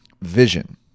vision